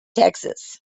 texas